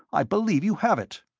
i believe you have it!